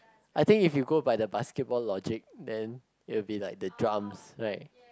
I think if you go by the basketball logic then will be like the drums right